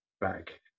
back